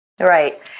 Right